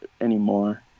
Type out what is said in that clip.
anymore